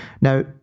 Now